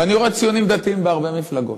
ואני רואה ציונים דתיים בהרבה מפלגות.